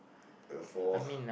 uh four